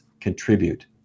contribute